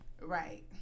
Right